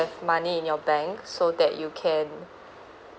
money in your bank so that you can